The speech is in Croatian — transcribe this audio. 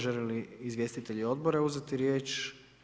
Želi li izvjestitelj odbora uzeti riječ?